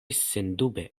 sendube